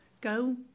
go